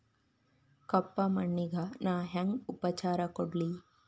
ಕಪ್ಪ ಮಣ್ಣಿಗ ನಾ ಹೆಂಗ್ ಉಪಚಾರ ಕೊಡ್ಲಿ?